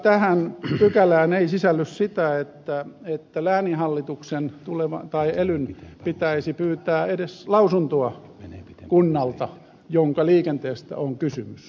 tähän pykälään ei sisälly sitä että lääninhallituksen tai elyn pitäisi pyytää edes lausuntoa kunnalta jonka liikenteestä on kysymys